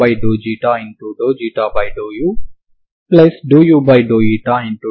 ∂y లభిస్తుంది